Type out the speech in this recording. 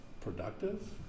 productive